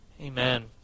Amen